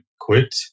quit